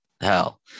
hell